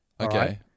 Okay